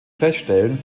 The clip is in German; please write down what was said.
feststellen